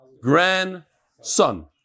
grandson